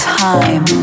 time